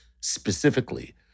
specifically